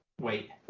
wait